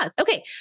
Okay